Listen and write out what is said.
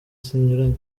zinyuranye